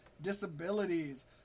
disabilities